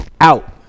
out